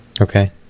Okay